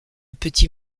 petits